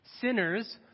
Sinners